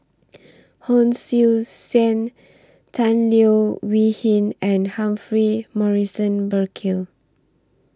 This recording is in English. Hon Sui Sen Tan Leo Wee Hin and Humphrey Morrison Burkill